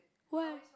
why